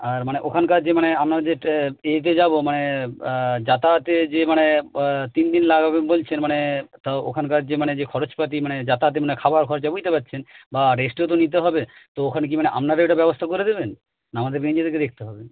আর মানে ওখানকার যে মানে আপনার যে এতে যাব মানে যাতায়াতে যে মানে তিন দিন লাগাবে বলছেন মানে তো ওখানকার যে মানে যে খরচাপাতি মানে যাতায়াতের না খাবার খরচা বুঝতে পারছেন বা রেস্টও তো নিতে হবে তো ওখানে কি মানে আপনারা এটা ব্যবস্থা করে দেবেন না আমাদের দেখতে হবে